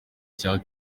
cya